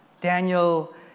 Daniel